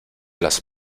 las